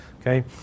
Okay